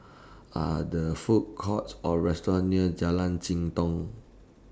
Are The Food Courts Or restaurants near Jalan Jitong